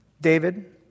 David